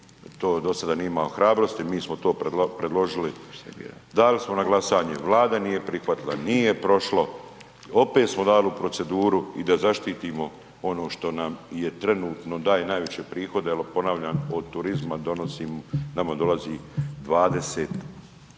to do sada nije imao hrabrosti. Mi smo to predložili, dali smo na glasanje, Vlada nije prihvatila, nije prošlo, opet smo dali u proceduru i da zaštitimo ono što nam trenutno daje najveće prihode, jel ponavljam, od turizma nama dolazi nešto